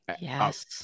Yes